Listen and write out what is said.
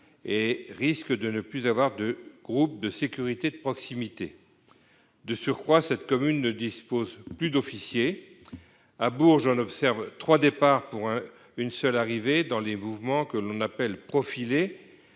et risque de ne plus avoir de groupe de sécurité de proximité (GSP). De surcroît, cette commune ne dispose plus d'officiers. À Bourges, on observe trois départs pour une seule arrivée à l'occasion des mouvements dits « profilés